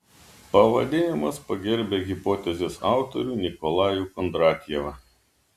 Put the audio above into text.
pavadinimas pagerbia hipotezės autorių nikolajų kondratjevą